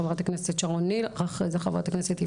חברת הכנסת שרון ניר.